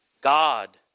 God